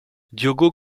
diogo